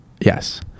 yes